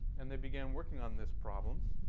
and they begin working on this problem